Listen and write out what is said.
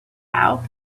out